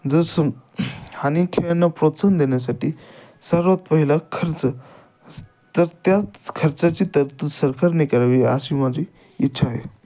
जर सम अनेक खेळांना प्रोत्साहन देण्यासाठी सर्वात पहिला खर्च तर त्याच खर्चाची तरतूद सरकारने करावी अशी माझी इच्छा आहे